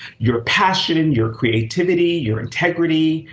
your passion, and your creativity, your integrity,